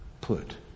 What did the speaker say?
put